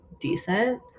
decent